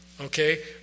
Okay